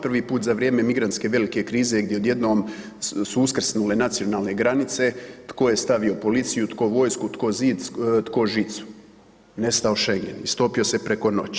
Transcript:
Prvi put za vrijeme migrantske velike krize gdje su odjednom uskrsnule nacionalne granice, tko je stavio policiju, tko vojsku, tko zid, tko žicu, nestao schengen, istopio se preko noći.